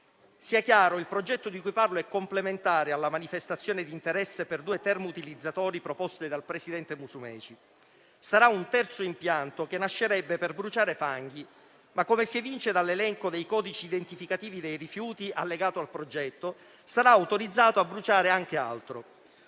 Sia chiaro: il progetto di cui parlo è complementare alla manifestazione d'interesse per i due termoutilizzatori proposti dal presidente Musumeci. Sarà un terzo impianto che nascerebbe per bruciare fanghi, ma, come si evince dall'elenco dei codici identificativi dei rifiuti (allegato al progetto), sarà autorizzato a bruciare anche altro.